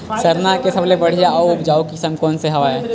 सरना के सबले बढ़िया आऊ उपजाऊ किसम कोन से हवय?